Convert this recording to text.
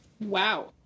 Wow